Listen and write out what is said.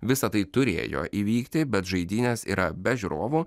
visa tai turėjo įvykti bet žaidynės yra be žiūrovų